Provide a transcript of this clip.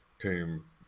team